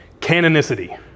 Canonicity